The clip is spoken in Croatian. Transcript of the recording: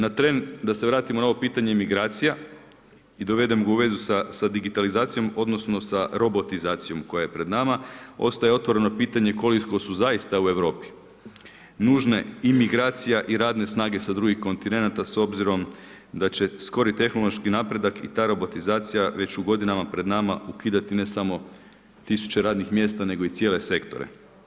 Na tren da se vratimo na ovo pitanje migracija i dovedem ga u vezu sa digitalizaciju, odnosno sa robotizacijom koja je pred nama ostaje otvoreno pitanje koliko su zaista u Europi nužne i migracija i radne snage sa drugih kontinenata s obzirom da će skori tehnološki napredak i ta robotizacija već u godinama pred nama ukidati ne samo tisuće radnih mjesta, nego i cijele sektore.